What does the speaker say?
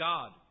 God